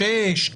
שש,